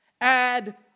add